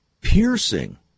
piercing